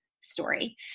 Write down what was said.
story